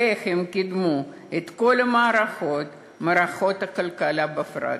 ואיך הם קידמו את כל המערכות, מערכות הכלכלה בפרט.